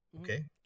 okay